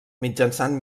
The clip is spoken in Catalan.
mitjançant